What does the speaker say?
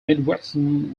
midwestern